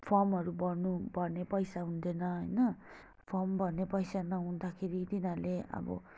फर्महरू भर्नु भर्ने पैसा हुँदैन होइन फर्म भर्ने पैसा नहुँदाखेरि तिनीहरूले अब